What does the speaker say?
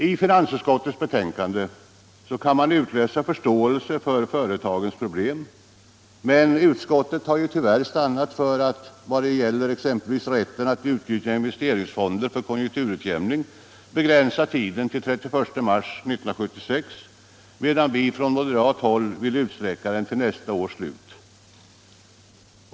I finansutskottets betänkande kan man utläsa förståelse för företagens problem, men utskottet har tyvärr stannat för att vad gäller exempelvis rätten att utnyttja investeringsfonder för konjunkturutjämning begränsa tiden till den 31 mars 1976, medan vi från moderat håll vill utsträcka den till nästa års slut.